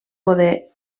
poder